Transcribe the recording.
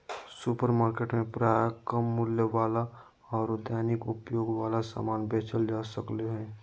supermarket में प्रायः कम मूल्य वाला आरो दैनिक उपयोग वाला समान बेचल जा सक्ले हें